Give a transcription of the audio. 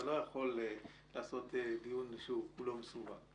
אתה לא יכול לעשות דיון שכולו מסווג.